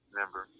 member